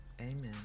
Amen